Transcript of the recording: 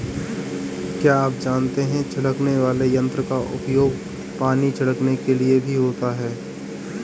क्या आप जानते है छिड़कने वाले यंत्र का उपयोग पानी छिड़कने के लिए भी होता है?